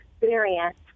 experience